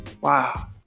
Wow